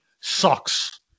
sucks